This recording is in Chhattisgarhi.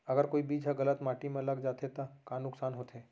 अगर कोई बीज ह गलत माटी म लग जाथे त का नुकसान होथे?